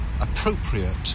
appropriate